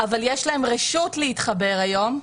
אבל יש להם רשות להתחבר היום,